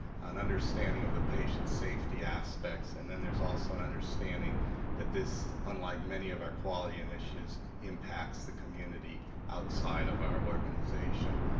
an understanding of the patient's safety aspects, and then there's also an understanding that this, unlike many of our quality initiatives, impacts the community outside of our organization.